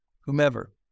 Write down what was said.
whomever